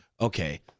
okay